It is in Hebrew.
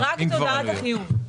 רק את הודעת החיוב,